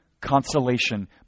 consolation